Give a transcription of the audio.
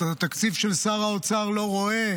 התקציב של שר האוצר לא רואה